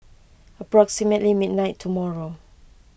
approximately midnight tomorrow